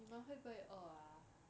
妳们会不会饿 ah